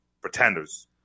Pretenders